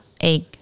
egg